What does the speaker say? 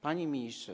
Panie Ministrze!